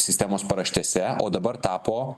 sistemos paraštėse o dabar tapo